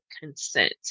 consent